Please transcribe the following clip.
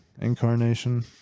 incarnation